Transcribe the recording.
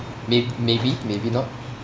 may~ maybe maybe not